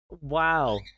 Wow